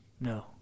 No